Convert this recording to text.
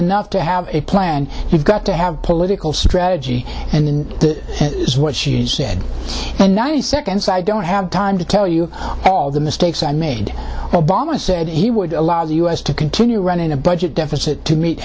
enough to have a plan you've got to have political strategy and in that is what you said and ninety seconds i don't have time to tell you all the mistakes i made obama said he would allows us to continue running a budget deficit to meet